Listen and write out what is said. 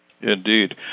Indeed